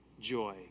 joy